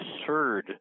absurd